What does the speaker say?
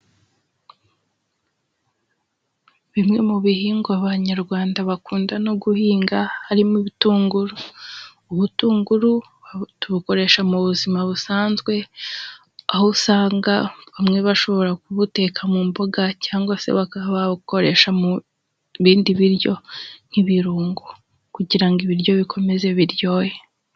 Bimwe mu bihingwa Abanyarwanda bakunda no guhinga harimo ibitunguru, ubutunguru tubukoresha mu buzima busanzwe, aho usanga bamwe bashobora kubuteka mu mbuga cyangwa se bakaba babukoresha mu bindi biryo nk'ibirungo kugirango ibiryo bikomeze biryohe.